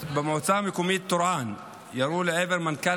במועצה המקומית טורעאן ירו לעבר מנכ"ל